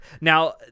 Now